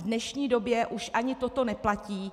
V dnešní době už ani toto neplatí.